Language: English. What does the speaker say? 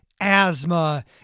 asthma